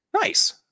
Nice